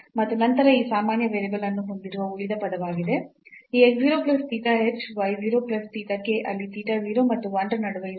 ಮತ್ತು ನಂತರ ಈ ಸಾಮಾನ್ಯ ವೇರಿಯೇಬಲ್ ಅನ್ನು ಹೊಂದಿರುವ ಉಳಿದ ಪದವಾಗಿದೆ ಈx 0 plus theta h y 0 plus theta k ಅಲ್ಲಿ theta 0 ಮತ್ತು 1 ರ ನಡುವೆ ಇರುತ್ತದೆ